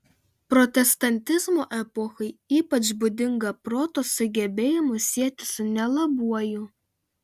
protestantizmo epochai ypač būdinga proto sugebėjimus sieti su nelabuoju